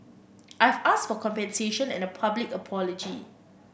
I've asked for compensation and a public apology